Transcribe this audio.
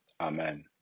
Amen